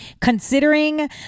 Considering